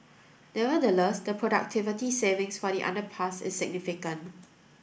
nevertheless the productivity savings for the underpass is significant